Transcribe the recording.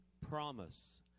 promise